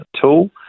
tool